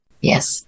Yes